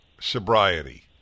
sobriety